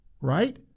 right